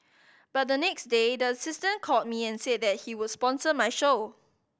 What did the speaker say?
but the next day the assistant called me and said that he would sponsor my show